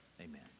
Amen